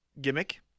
gimmick